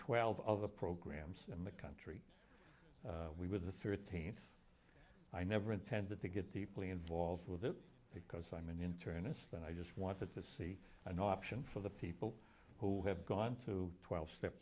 twelve other programs in the country with a thirteen i never intended to get deeply involved with it because i'm an internist and i just wanted to see an option for the people who have gone to twelve step